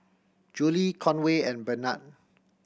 Julie Conway and Bernhard